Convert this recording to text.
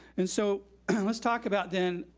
and so let's talk about, then,